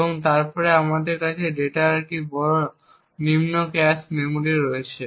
এবং তারপরে আমাদের কাছে ডেটার বড় নিম্ন ক্যাশ মেমরি রয়েছে